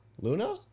Luna